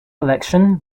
election